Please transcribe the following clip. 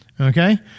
okay